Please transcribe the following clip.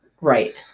Right